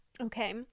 Okay